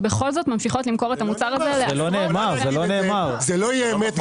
ובכל זאת ממשיכות למכור את המוצר הזה לעשרות --- זה לא יהיה אמת,